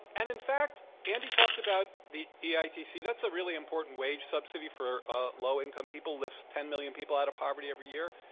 and, in fact, andy talked about the the eitc. that's a really important wage subsidy for ah low-income people, lifts ten million people out of poverty every year.